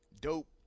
dope